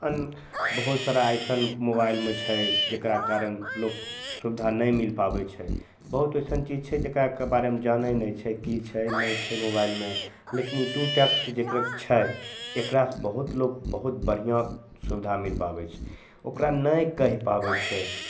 अन्य बहुत सारा अइसन मोबाइलमे छै जकरा कारण लोक सुविधा नहि मिलि पाबै छै बहुत अइसन चीज छै जकरा बारेमे जानै नहि छै कि छै नहि छै मोबाइलमे लेकिन ई टू टेक्स्ट जकरा छै एकरा बहुत लोक बहुत बढ़िआँ सुविधा मिलि पाबै छै ओकरा नहि कहि पाबै छै